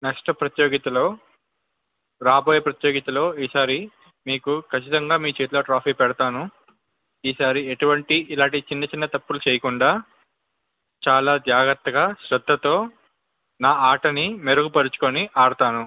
next ప్రత్యోగితలో రాబోయే ప్రత్యోగితలో ఈసారి మీకు ఖచ్చితంగా మీ చేతిలో ట్రోఫిని పెడతాను ఈసారి ఎటువంటి ఇలాంటి చిన్న చిన్న తప్పులు చెయ్యకుండా చాలా జాగ్రత్తగా శ్రద్ధతో నా ఆటని మెరుగుపరుచుకుని ఆడతాను